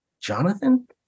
Jonathan